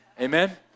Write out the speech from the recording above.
Amen